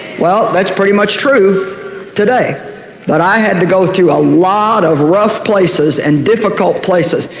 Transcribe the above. well, that's pretty much true today but i had to go through a lot of rough places and difficult places,